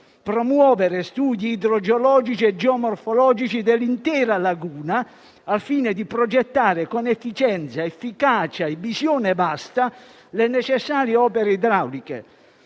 promuovere studi idrogeologici e geomorfologici dell'intera laguna, al fine di progettare con efficienza, efficacia e visione vasta le necessarie opere idrauliche;